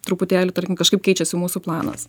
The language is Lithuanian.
truputėlį tarkim kažkaip keičiasi mūsų planas